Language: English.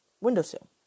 windowsill